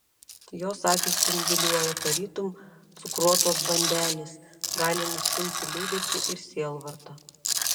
jos akys spinduliuoja tarytum cukruotos bandelės gali nustumti liūdesį ir sielvartą